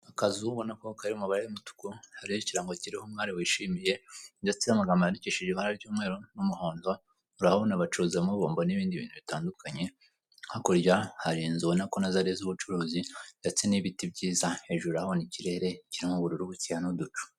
Akazu ubona ko kari mu mabara y'umutuku, hairiho ikirango ha kiriho umwari wishimiye ndetse amagambo yandikishije ibara ry'umweru n'umuhonzi, urabona bacuzamo bombo n'ibindi bintu bitandukanye, hakurya hari inzu ubona ko nazo ari iz'ubucuruzi ndetse n'ibiti byiza, hejuru urabona ikirere kirimo ubururuki bukeya n'uducu.